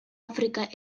afrika